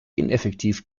ineffektiv